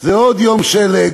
זה עוד יום שלג.